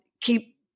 keep